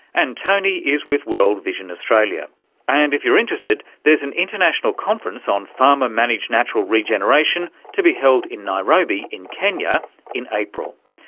and tony is with world vision and if you're interested there's an international conference on farmer managed natural regeneration to be held in nairobi in kenya in april.